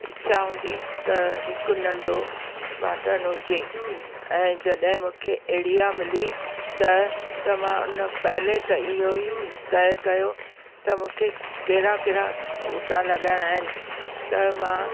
चाह हूंदी त हिकु नंढो बाटण हुजे ऐं जॾहिं मूंखे एरिया मिली त त मां उन पहिले त इहो ई तय कयो त मूंखे कहिड़ा कहिड़ा उटा लॻाइणा आहिनि त मां